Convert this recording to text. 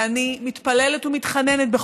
ואני רוצה להודות לאותם חברי כנסת מיוחדים שהביאו לתוך